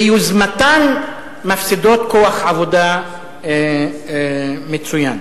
שביוזמתן מפסידות כוח עבודה מצוין.